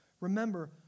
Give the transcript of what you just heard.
Remember